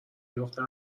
میفته